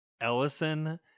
Ellison